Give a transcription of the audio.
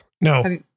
No